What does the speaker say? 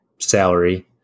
salary